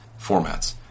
formats